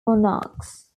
monarchs